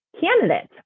candidates